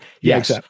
Yes